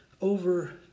over